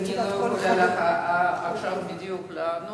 אני לא יכולה עכשיו לענות בדיוק,